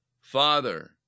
Father